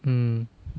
mm